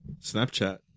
Snapchat